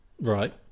right